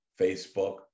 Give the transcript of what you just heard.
Facebook